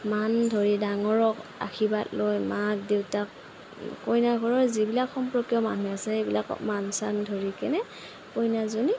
মান ধৰি ডাঙৰক আৰ্শীবাদ লয় মাক দেউতাক কইনা ঘৰৰ যিবিলাক সম্পৰ্কীয় মানুহ আছে সেইবিলাকক মান চান ধৰি কেনে কইনাজনীক